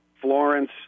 florence